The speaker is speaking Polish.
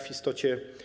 w istocie.